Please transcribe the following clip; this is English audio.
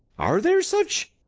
are there such?